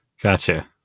Gotcha